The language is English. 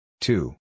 two